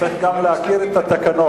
צריך גם להכיר את התקנון.